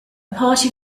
party